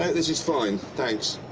is is fine, thanks.